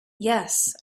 yes